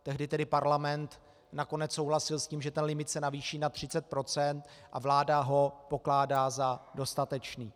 Tehdy tedy parlament nakonec souhlasil s tím, že ten limit se navýší na 30 %, a vláda ho pokládá za dostatečný.